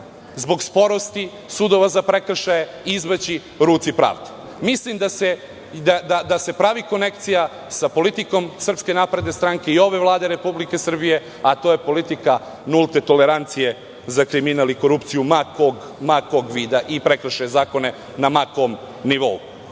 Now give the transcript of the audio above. zbog sporosti sudova za prekršaje, izmaći ruci pravde. Mislim da se pravi konekcija sa politikom SNS i ove Vlade Republike Srbije, a to je politika nulte tolerancije za kriminal i korupciju, ma kog vida i prekršaja zakona, na ma kom nivou. Znam